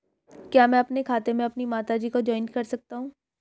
क्या मैं अपने खाते में अपनी माता जी को जॉइंट कर सकता हूँ?